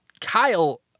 Kyle